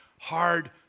hard